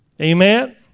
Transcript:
Amen